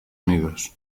unidos